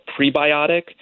prebiotic